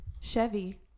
Chevy